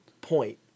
point